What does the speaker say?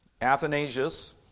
Athanasius